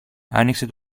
άνοιξε